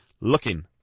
Looking